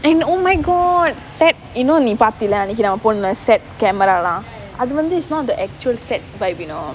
and oh my god set you know நீ பாத்தியில்ல அன்னைக்கு நம்ம போனோம்ல:nee pathiyilla annaikku namma ponomla set camera எல்லாம் அது வந்து:ellaam athu vanthu it's not the actual set vibe you know